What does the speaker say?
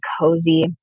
cozy